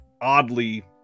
oddly